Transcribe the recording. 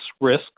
risk